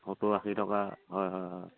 সত্তৰ আশী টকা হয় হয় হয়